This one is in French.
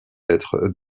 être